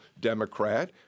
Democrat